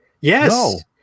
Yes